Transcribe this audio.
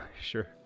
Sure